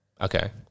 Okay